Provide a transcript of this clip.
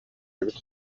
эбит